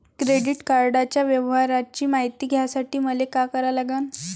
Credit कार्डाच्या व्यवहाराची मायती घ्यासाठी मले का करा लागन?